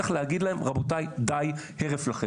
צריך להגיד להם: רבותיי, די, הרף לכם.